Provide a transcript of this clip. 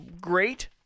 great